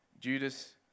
Judas